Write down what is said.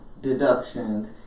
deductions